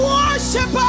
worship